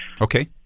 Okay